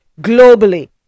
globally